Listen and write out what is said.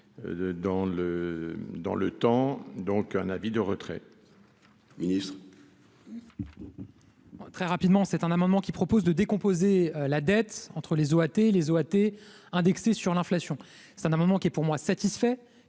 dans le temps, donc un avis de retrait. Ministre. Très rapidement, c'est un amendement qui propose de décomposer la dette entre les OAT, les OAT indexées sur l'inflation, c'est un moment qui est pour moi satisfait